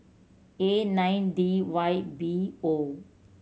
A nine D Y B O